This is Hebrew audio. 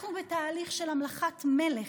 אנחנו בתהליך של המלכת מלך.